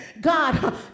God